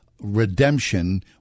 Redemption